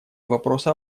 вопроса